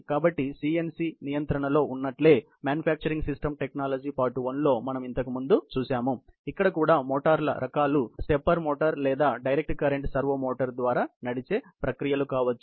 కాబట్టి సిఎన్సి నియంత్రణలో ఉన్నట్లే తయారీ వ్యవస్థల సాంకేతిక పరిజ్ఞానం పార్ట్ 1 లో మనం ఇంతకుముందు చూశాము ఇక్కడ కూడా మోటార్ల రకాలు స్టెప్పర్ మోటారు లేదా డైరెక్ట్ కరెంట్ సర్వో మోటార్ ద్వారా నడిచే ప్రక్రియలు కావచ్చు